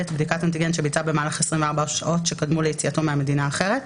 (ב)בדיקת אנטיגן שביצע במהלך 24 השעות שקדמו ליציאתו מהמדינה האחרת,